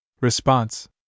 Response